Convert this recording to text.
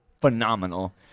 phenomenal